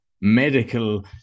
medical